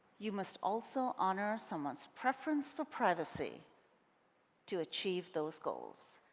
you must also honor someone's preference for privacy to achieve those goals.